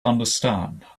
understand